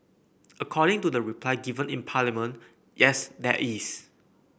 according to the reply given in Parliament yes there is